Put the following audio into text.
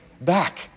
back